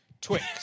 Twix